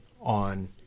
on